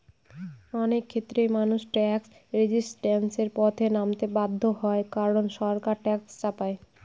অনেক ক্ষেত্রেই মানুষ ট্যাক্স রেজিস্ট্যান্সের পথে নামতে বাধ্য হয় কারন সরকার ট্যাক্স চাপায়